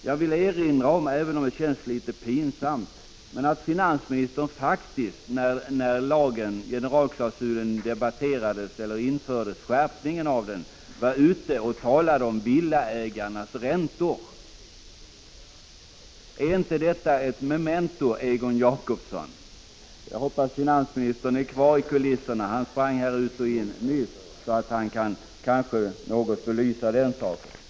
Jag vill erinra om, även om det känns litet pinsamt, att finansministern faktiskt när skärpningen av generalklausulen infördes talade om villaägarnas räntor. Är inte detta ett memento, Egon Jacobsson? Jag hoppas att finansministern är kvar i kulisserna, så att han kan komma och något belysa saken.